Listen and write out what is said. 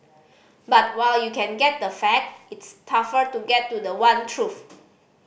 but while you can get the fact it's tougher to get to the one truth